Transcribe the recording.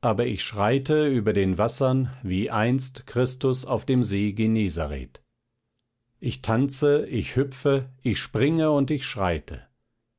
aber ich schreite über den wassern wie einst christus auf dem see genezareth ich tanze ich hüpfe ich springe und ich schreite